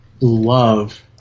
love